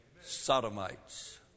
Sodomites